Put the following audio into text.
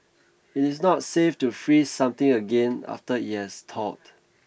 it is not safe to freeze something again after it has thawed